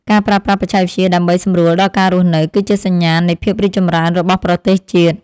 ការប្រើប្រាស់បច្ចេកវិទ្យាដើម្បីសម្រួលដល់ការរស់នៅ គឺជាសញ្ញាណនៃភាពរីកចម្រើនរបស់ប្រទេសជាតិ។